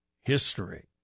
history